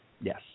Yes